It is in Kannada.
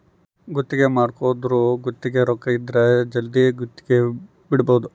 ಗುತ್ತಿಗೆ ಮಾಡ್ಕೊಂದೊರು ಗುತ್ತಿಗೆ ರೊಕ್ಕ ಇದ್ರ ಜಲ್ದಿನೆ ಗುತ್ತಿಗೆ ಬಿಡಬೋದು